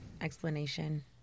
explanation